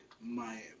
Miami